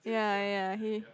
ya ya he